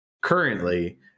currently